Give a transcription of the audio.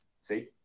see